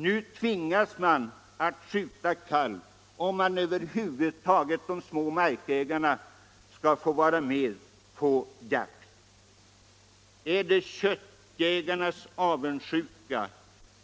Nu tvingas de små markägarna att skjuta kalv om de över huvud taget skall få vara med på jakten. Är det köttjägarnas avundsjuka